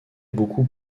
beaucoup